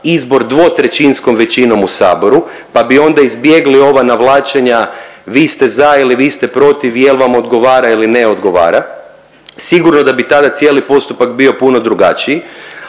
izbor dvotrećinskom većinom u saboru, pa bi onda izbjegli ova izvlačenja vi ste za ili vi ste protiv, jel vam odgovara ili ne odgovara. Sigurno da bi tada cijeli postupak bio puno drugačiji,